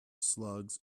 slugs